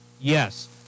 Yes